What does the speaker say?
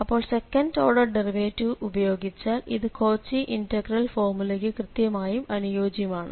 അപ്പോൾ second order derivative ഉപയോഗിച്ചാൽ ഇത് കോച്ചി ഇന്റഗ്രൽ ഫോർമുലയ്ക്ക് കൃത്യമായും അനുയോജ്യമാണ്